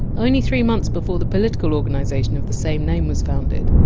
only three months before the political organisation of the same name was founded.